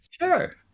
Sure